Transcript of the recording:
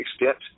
extent